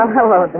Hello